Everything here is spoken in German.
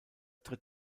tritt